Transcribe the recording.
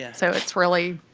yeah so it's really,